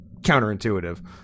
counterintuitive